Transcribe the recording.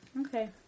Okay